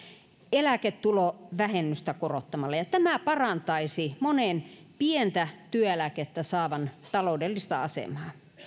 eläketulovähennystä korottamalla ja tämä parantaisi monen pientä työeläkettä saavan taloudellista asemaa